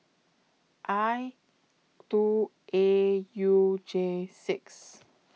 I two A U J six